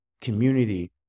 community